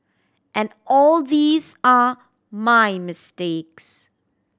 and all these are my mistakes